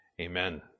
Amen